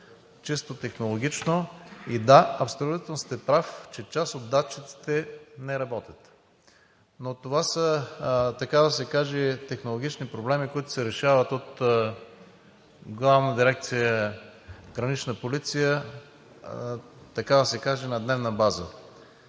чисто технологично. И да, абсолютно сте прав, че част от датчиците не работят, но това са, така да се каже, технологични проблеми, които се решават от Главна дирекция „Гранична полиция“ на дневна база